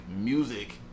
music